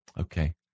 Okay